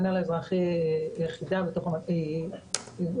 המינהל האזרחי הוא יחידה בתוך המתפ"ש